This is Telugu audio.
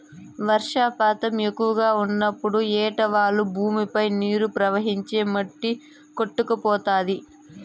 వర్షపాతం ఎక్కువగా ఉన్నప్పుడు ఏటవాలు భూమిపై నీరు ప్రవహించి మట్టి కొట్టుకుపోతాది